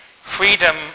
Freedom